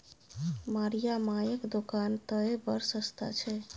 मिरिया मायक दोकान तए बड़ सस्ता छै